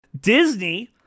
Disney